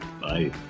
Bye